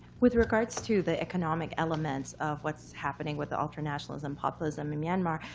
with regards to the economic elements of what's happening with the ultra nationalism, populism in myanmar,